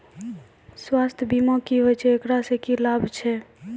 स्वास्थ्य बीमा की होय छै, एकरा से की लाभ छै?